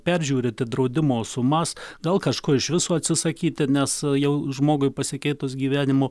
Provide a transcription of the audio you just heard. peržiūrėti draudimo sumas gal kažko iš viso atsisakyti nes jau žmogui pasikeitus gyvenimo